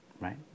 right